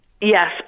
Yes